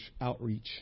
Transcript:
outreach